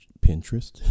Pinterest